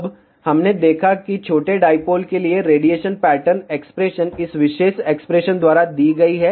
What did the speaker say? अब हमने देखा कि छोटे डाईपोल के लिए रेडिएशन पैटर्न एक्सप्रेशन इस विशेष एक्सप्रेशन द्वारा दी गई है